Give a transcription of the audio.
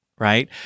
right